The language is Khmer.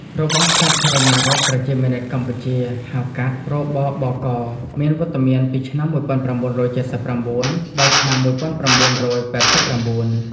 របបសាធារណរដ្ឋប្រជាមានិតកម្ពុជា ហៅកាត់ រ.ប.ប.ក. មានវត្តមានពីឆ្នាំ ១៩៧៩ ដល់ឆ្នាំ ១៩៨៩។